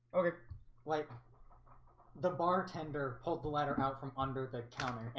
okay like the bartender pulled the ladder out from under the counter and